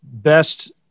best